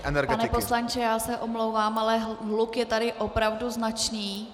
Pane poslanče, já se omlouvám, ale hluk je tady opravdu značný.